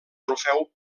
trofeu